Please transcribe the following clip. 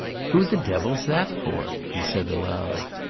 who the devil's that for? he said aloud.